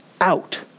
out